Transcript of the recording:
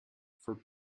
for